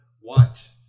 watch